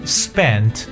spent